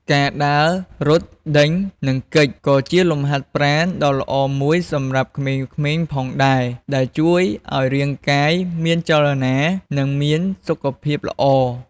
ការដើរ រត់ ដេញ និងគេច ក៏ជាលំហាត់ប្រាណដ៏ល្អមួយសម្រាប់ក្មេងៗផងដែរ ដែលជួយឱ្យរាងកាយមានចលនា និងមានសុខភាពល្អ។